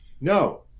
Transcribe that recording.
No